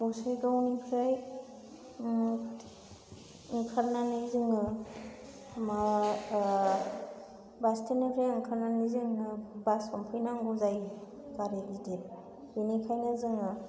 गसाइगावनिफ्राय ओंखारनानै जोंङो मा बास स्टेन्डनिफ्राय ओंखारनानै जोंङो बास हमफैनांगौ जायो गारि गिदिर बिनिखायनो जोंङो